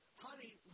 honey